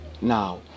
now